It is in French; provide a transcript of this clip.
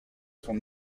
son